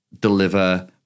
deliver